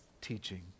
teaching